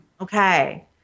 Okay